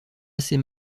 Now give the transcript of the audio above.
assez